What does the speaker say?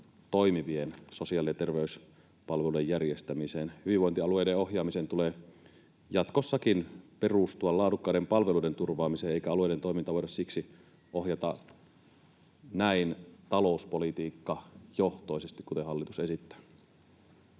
toimivien sosiaali- ja terveyspalveluiden järjestämiseen. Hyvinvointialueiden ohjaamisen tulee jatkossakin perustua laadukkaiden palveluiden turvaamiseen, eikä alueiden toimintaa voida siksi ohjata näin talouspolitiikkajohtoisesti kuin hallitus esittää.